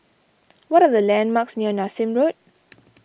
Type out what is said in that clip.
what are the landmarks near Nassim Road